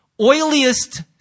oiliest